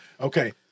Okay